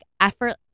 effort